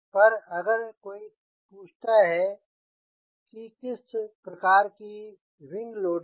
पर अगर कोई पूछता है कि किस प्रकार की विंग लोडिंग